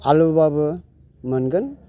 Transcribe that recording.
आलुबाबो मोनगोन